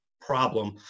problem